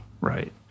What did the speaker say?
Right